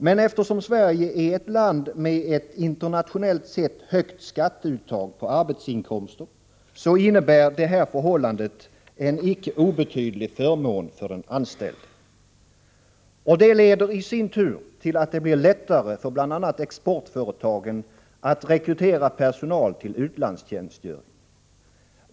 Men eftersom Sverige är ett land med ett internationellt sett högt skatteuttag på arbetsinkomster, så innebär det här förhållandet en icke obetydlig förmån för den anställde. Det leder i sin tur till att det blir lättare för bl.a. exportföretagen att rekrytera personal till utlandstjänstgöring.